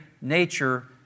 nature